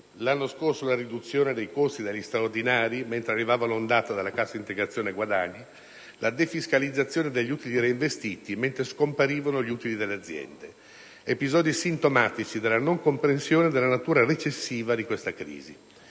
L'anno scorso, la riduzione dei costi degli straordinari, mentre arrivava l'ondata della cassa integrazione guadagni, e la defiscalizzazione degli utili reinvestiti mentre scomparivano gli utili delle aziende: sono episodi sintomatici della non comprensione della natura recessiva di questa crisi.